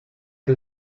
que